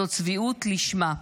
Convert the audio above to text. זאת צביעות לשמה.